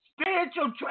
Spiritual